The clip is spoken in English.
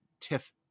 TIFF